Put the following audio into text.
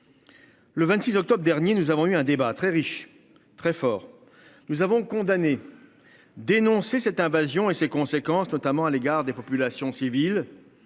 Le 26 octobre dernier, nous avons eu un débat très riche, très fort. Nous avons condamné. Dénoncé cette invasion et ses conséquences, notamment à l'égard des populations civiles.